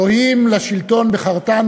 "אלוהים לשלטון בחרתנו",